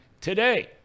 today